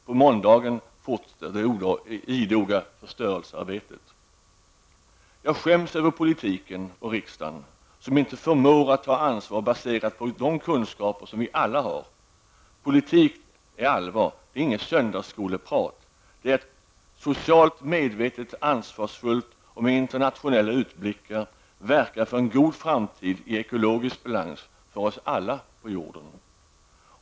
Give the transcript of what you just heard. På måndagen fortsätter det idoga förstörelsearbetet. Jag skäms över politiken och riksdagen, som inte förmår att ta ansvar baserat på de kunskaper som vi alla har. Politik är allvar. Det är inte söndagsskoleprat, utan det är att socialt medvetet, ansvarsfullt och med internationella utblickar verka för en god framtid i ekologisk balans för oss alla på jorden.